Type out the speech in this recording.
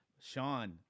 Sean